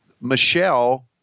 Michelle